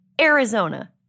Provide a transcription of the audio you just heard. Arizona